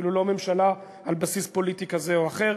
אפילו לא ממשלה על בסיס פוליטי כזה או אחר.